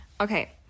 Okay